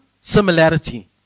similarity